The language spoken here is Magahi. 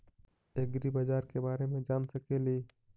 ऐग्रिबाजार के बारे मे जान सकेली?